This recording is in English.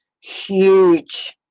huge